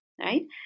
right